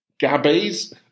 Gabbies